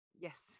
Yes